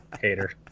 Hater